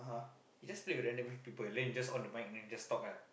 you just play with randomly people then you'll just on the mic then you just talk ah